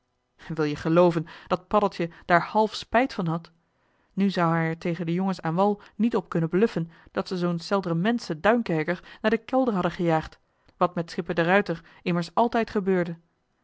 wil-je gelooven dat paddeltje daar half spijt van had nu zou hij er tegen de jongens aan wal niet op kunnen bluffen dat ze zoo'n seldrementschen duinkerker naar den kelder hadden gejaagd wat met schipper de ruijter immers altijd